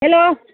hello